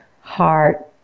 heart